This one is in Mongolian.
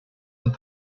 минь